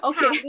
Okay